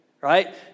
Right